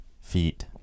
feet